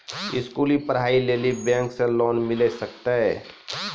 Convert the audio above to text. स्कूली पढ़ाई लेली बैंक से लोन मिले सकते?